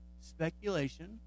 speculation